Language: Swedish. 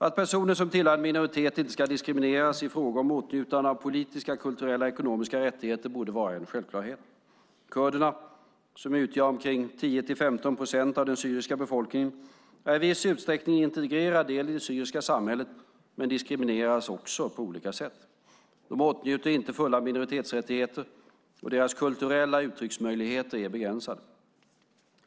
Att personer som tillhör en minoritet inte ska diskrimineras i fråga om åtnjutandet av politiska, kulturella och ekonomiska rättigheter borde vara en självklarhet. Kurderna, som utgör omkring 10-15 procent av den syriska befolkningen, är i viss utsträckning en integrerad del av det syriska samhället, men diskrimineras också på olika sätt. De åtnjuter inte fulla minoritetsrättigheter och deras kulturella uttrycksmöjligheter är begränsade.